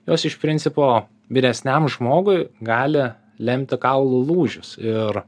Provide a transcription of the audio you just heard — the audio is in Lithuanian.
jos iš principo vyresniam žmogui gali lemti kaulų lūžius ir